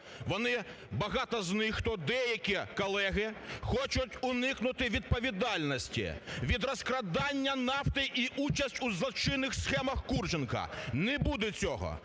Вони, багато з них, хто, деякі колеги хочуть уникнути відповідальності від розкрадання нафти і участь у злочинних схемах Курченка, не буде цього.